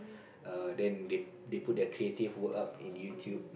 err then they they put their creative work up in YouTube